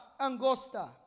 angosta